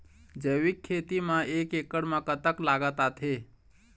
जैविक खेती म एक एकड़ म कतक लागत आथे?